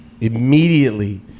immediately